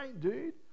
dude